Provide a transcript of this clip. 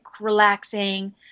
relaxing